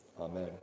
amen